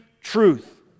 truth